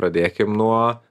pradėkim nuo